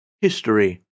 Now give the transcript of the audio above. History